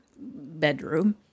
bedroom